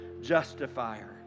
justifier